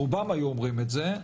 רובם היו אומרים את זה.